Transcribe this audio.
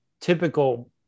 typical